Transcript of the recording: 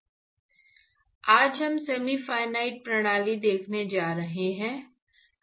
आज हम semi infinite प्रणाली देखने जा रहे है